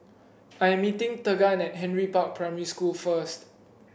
I am meeting Tegan at Henry Park Primary School first